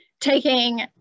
taking